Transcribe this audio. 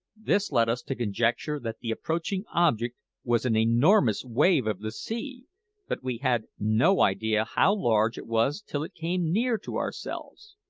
this led us to conjecture that the approaching object was an enormous wave of the sea but we had no idea how large it was till it came near to ourselves.